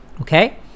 okay